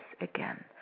again